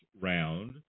round